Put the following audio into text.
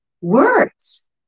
Words